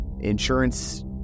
insurance